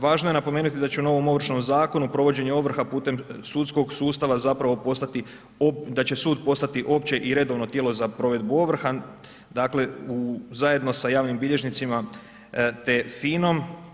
Važno je napomenuti da će u novom Ovršnom zakonu provođenje ovrha putem sudskog sustava zapravo postati, da će sud postati opće i redovno tijelo za provedbu ovrha, dakle u, zajedno sa javnim bilježnicima te FINOM.